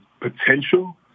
potential